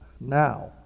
now